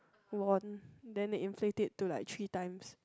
won then they inflate it to like three times